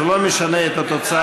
זה לא משנה את התוצאה.